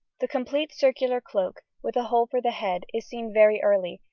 the complete circular cloak, with a hole for the head, is seen very early,